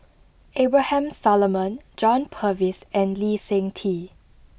Abraham Solomon John Purvis and Lee Seng Tee